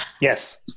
Yes